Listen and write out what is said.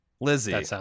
lizzie